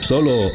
Solo